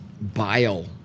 Bile